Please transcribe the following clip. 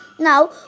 Now